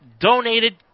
donated